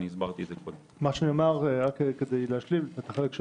מה שנאמר, חברת הכנסת שפק,